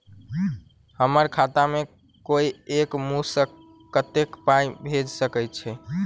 हम्मर खाता मे कोइ एक मुस्त कत्तेक पाई भेजि सकय छई?